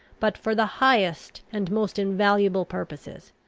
but for the highest and most invaluable purposes.